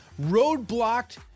roadblocked